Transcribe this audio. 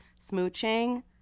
smooching